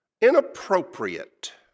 Inappropriate